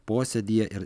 posėdyje ir